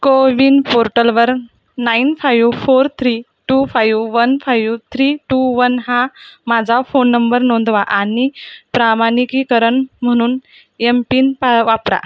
कोविन पोर्टलवर nine five four three two five one five three two one हा माझा फोन नंबर नोंदवा आणि प्रामाणिकीकरण म्हणून येमपिन पा वापरा